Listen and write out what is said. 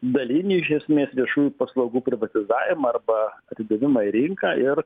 dalinį iš esmės viešųjų paslaugų privatizavimą arba atidavimą į rinką ir